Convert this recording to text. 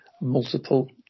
Multiple